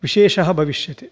विशेषः भविष्यति